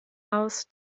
aus